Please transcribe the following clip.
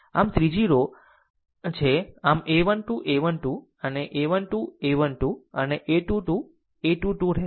આ ત્રીજી રો છે આમ a 1 2 a 1 2 અને a 1 2 a 1 2 અને a 2 2 a 2 2 રહેશે